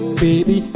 baby